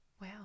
Wow